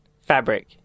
Fabric